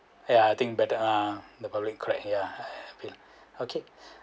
ya I think better uh the bowling crack ya okay okay